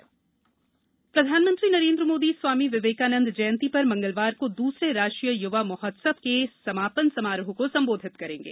युवा महोत्सव प्रधानमंत्री नरेन्द्र मोदी स्वामी विवेकानंद जयंती पर मंगलवार को दूसरे राष्ट्रीय युवा महोत्सव के समापन समारोह को संबोधित करेंगे